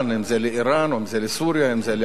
אם זה לאירן או אם זה לסוריה ואם זה לעזה,